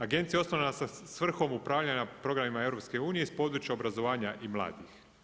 Agencija je osnovana sa svrhom upravljanja programima EU iz područja obrazovanja i mladih.